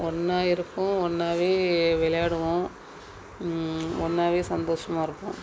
ஒன்னா இருப்போம் ஒன்னாகவே விளையாடுவோம் ஒன்னாகவே சந்தோஷமாக இருப்போம்